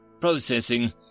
Processing